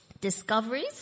discoveries